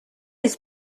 jest